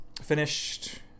Finished